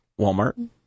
walmart